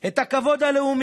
מן הכלל.